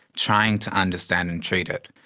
trying to understand and treat it,